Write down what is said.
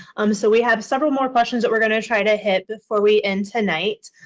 um so we have several more questions that we're going to try to hit before we end tonight.